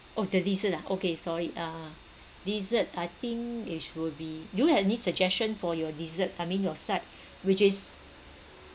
oh the dessert ah okay sorry uh dessert I think it should be do you have any suggestion for your dessert I mean your side which is